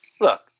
Look